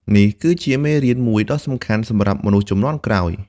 នេះគឺជាមេរៀនមួយដ៏សំខាន់សម្រាប់មនុស្សជំនាន់ក្រោយ។